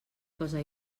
cosa